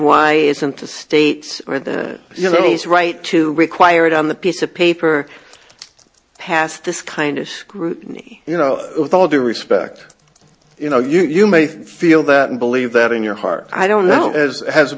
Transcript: why isn't the state you know he's right to require it on the piece of paper past this kind of scrutiny you know with all due respect you know you may feel that and believe that in your heart i don't know as has